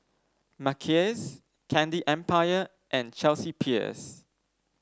Mackays Candy Empire and Chelsea Peers